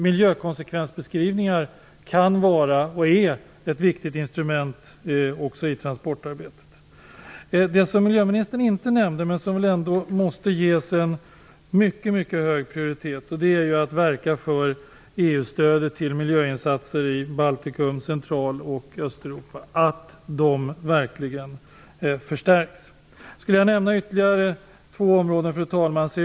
Miljökonsekvensbeskrivningar kan vara och är ett viktigt instrument också i transportarbetet. Det som miljöministern inte nämnde men som väl ändå måste ges en mycket mycket hög prioritet är att verka för att EU-stödet till miljöinsatser i Baltikum, Central och Östeuropa verkligen stärks. Låt mig nämna ytterligare två områden, fru talman.